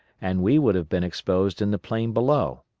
and we would have been exposed in the plain below.